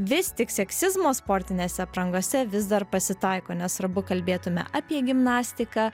vis tik seksizmo sportinėse aprangose vis dar pasitaiko nesvarbu kalbėtume apie gimnastiką